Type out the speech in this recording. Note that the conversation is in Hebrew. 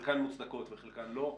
חלקן מוצדקות וחלקן לא.